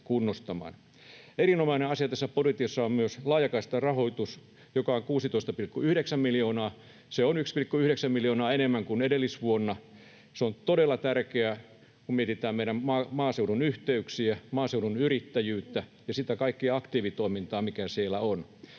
Erinomainen asia tässä budjetissa on myös laajakaistarahoitus, joka on 16,9 miljoonaa. Se on 1,9 miljoonaa enemmän kuin edellisvuonna. Se on todella tärkeää, kun mietitään meidän maaseudun yhteyksiä, maaseudun yrittäjyyttä ja sitä kaikkea aktiivitoimintaa, mitä siellä on.